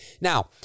Now